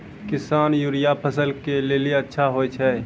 किसान यूरिया फसल के लेली अच्छा होय छै?